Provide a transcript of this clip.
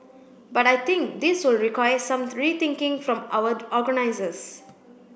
but I think this will require some rethinking from our organisers